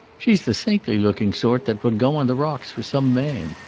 she's the saintly-looking sort that would go on the rocks for some man,